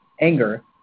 anger